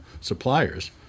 suppliers